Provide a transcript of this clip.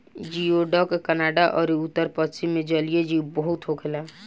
जियोडक Canada अउरी उत्तर पश्चिम मे जलीय जीव बहुत होखेले